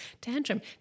tantrum